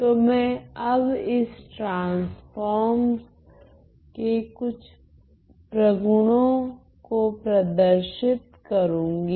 तो मैं अब इस ट्रांसफोर्मस के कुछ प्रगुणों को प्रदर्शित करूंगी